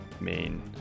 main